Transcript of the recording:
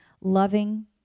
loving